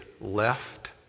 Left